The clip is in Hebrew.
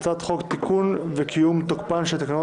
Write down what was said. הצעת חוק לתיקון ולקיום תוקפן של תקנות